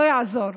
לא יעזור.